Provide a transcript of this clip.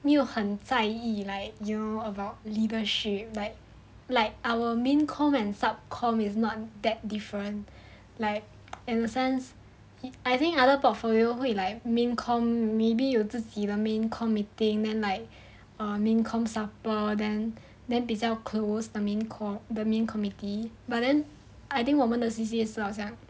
没有很在意 like you know about leadership like like our main com and sub comm is not that different like in the sense he I think other portfolio 会 like main com maybe 有自己的 main com meeting then like err main comm supper then then 比较 close the main core the main committee but then I think 我们的 C_C 也是这样